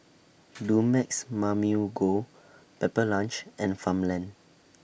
Dumex Mamil Gold Pepper Lunch and Farmland